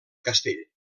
castell